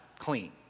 clean